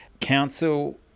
council